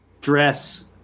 dress